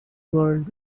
world